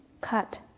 cut